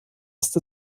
ist